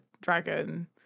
dragon